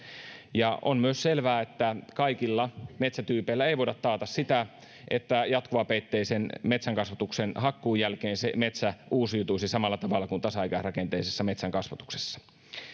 on myös selvää että kaikilla metsätyypeillä ei voida taata sitä että jatkuvapeitteisen metsänkasvatuksen hakkuun jälkeen se metsä uusiutuisi samalla tavalla kuin tasaikäisrakenteisessa metsänkasvatuksessa